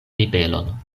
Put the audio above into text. ribelon